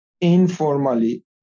informally